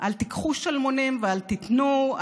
אל תיקחו שלמונים ואל תיתנו,